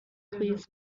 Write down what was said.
plis